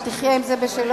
אתה תחיה עם זה בשלום?